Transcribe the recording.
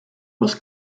was